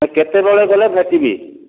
କେତେବେଳେ ଗଲେ ଭେଟିବି